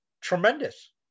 tremendous